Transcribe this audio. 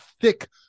thick